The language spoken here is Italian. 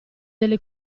delle